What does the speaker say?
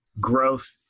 growth